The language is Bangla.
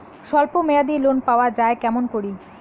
স্বল্প মেয়াদি লোন পাওয়া যায় কেমন করি?